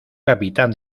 capitán